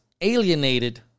alienated